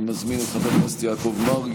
מס' 376. אני מזמין את חבר הכנסת יעקב מרגי,